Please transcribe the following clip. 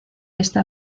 esta